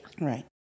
right